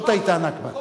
זאת היתה הנכבה.